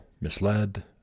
misled